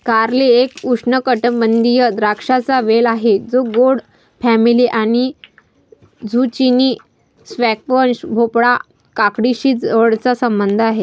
कारले एक उष्णकटिबंधीय द्राक्षांचा वेल आहे जो गोड फॅमिली आणि झुचिनी, स्क्वॅश, भोपळा, काकडीशी जवळचा संबंध आहे